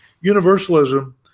Universalism